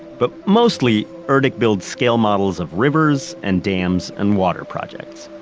but mostly erdc builds scale models of rivers and dams and water projects.